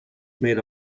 made